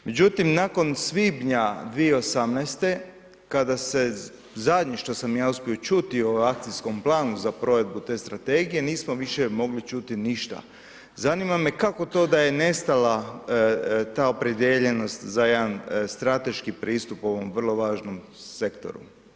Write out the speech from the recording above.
Međutim, nakon svibnja 2018. kada se zadnje što sam ja uspio čuti o akcijskom planu za provedbu te strategije nismo više mogli čuti ništa, zanima me kako to da je nestala ta opredijeljenost za jedan strateški pristup ovom vrlo važnom sektoru?